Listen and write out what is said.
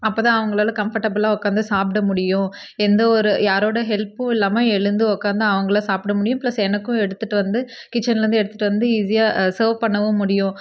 அப்போதான் அவங்களால கம்ஃபார்ட்டபுளாக உக்காந்து சாப்பிட முடியும் எந்த ஒரு யாரோட ஹெல்பும் இல்லாமல் எழுந்து உக்காந்து அவங்களாவே சாப்பிடமுடியும் ப்ளஸ் எனக்கும் எடுத்துகிட்டு வந்து கிட்சனில் இருந்து எடுத்துகிட்டு வந்து ஈஸியாக சர்வ் பண்ணவும் முடியும்